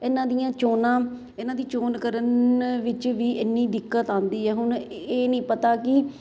ਇਹਨਾਂ ਦੀਆਂ ਚੋਣਾਂ ਇਹਨਾਂ ਦੀ ਚੋਣ ਕਰਨ ਵਿੱਚ ਵੀ ਇੰਨੀ ਦਿੱਕਤ ਆਉਂਦੀ ਹੈ ਹੁਣ ਇਹ ਨਹੀਂ ਪਤਾ ਕਿ